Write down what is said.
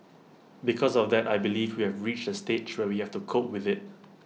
because of that I believe we have reached A stage where we have to cope with IT